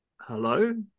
hello